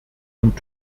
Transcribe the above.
und